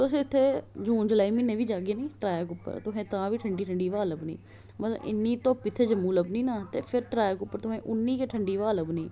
तुस इत्थै जून जलाई म्हीने बी जागे नेई ट्रैक उप्पर तुसे तां बी ठंडी ठंडी हवा लब्भनी मतलब इन्नी धुप्प इत्थै जम्मू लब्भनी ना फिर ट्रैक उप्पर तुसें उन्नी गै ठंडी हवा लब्भनी